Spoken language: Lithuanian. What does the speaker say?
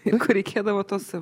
juk reikėdavo tas